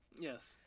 Yes